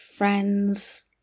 friends